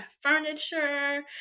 furniture